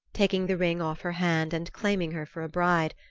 taking the ring off her hand and claiming her for a bride,